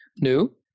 new